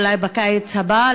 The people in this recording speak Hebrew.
אולי בקיץ הבא,